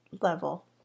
level